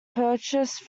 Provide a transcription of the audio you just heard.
purchase